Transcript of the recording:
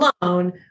alone